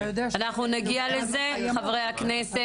אנחנו נגיע לזה, חברי הכנסת.